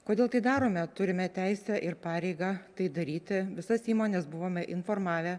kodėl tai darome turime teisę ir pareigą tai daryti visas įmones buvome informavę